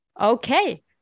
okay